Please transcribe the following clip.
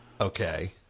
Okay